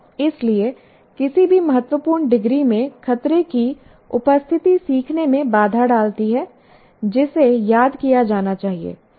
इसलिए किसी भी महत्वपूर्ण डिग्री में खतरे की उपस्थिति सीखने में बाधा डालती है जिसे याद किया जाना चाहिए